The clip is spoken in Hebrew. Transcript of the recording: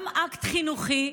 גם אקט חינוכי,